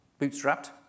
bootstrapped